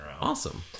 Awesome